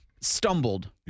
stumbled